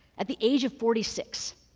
at the age of forty six.